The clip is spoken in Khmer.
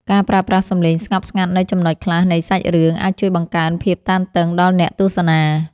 ការប្រើប្រាស់សំឡេងស្ងប់ស្ងាត់នៅចំណុចខ្លះនៃសាច់រឿងអាចជួយបង្កើនភាពតានតឹងដល់អ្នកទស្សនា។